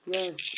Yes